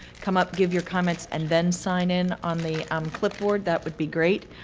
come up, give your comments, and then sign in on the um clipboard. that would be great.